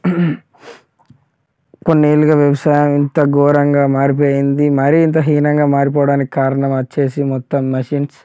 కొన్ని ఏళ్ళుగా వ్యవసాయం ఇంత ఘోరంగా మారిపోయింది మరి ఇంత హీనంగా మారిపోవడానికి కారణం వచ్చి మొత్తం మెషిన్స్